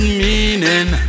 meaning